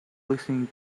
listening